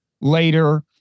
later